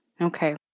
Okay